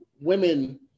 women